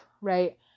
right